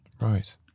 Right